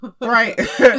Right